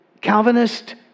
Calvinist